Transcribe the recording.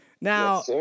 Now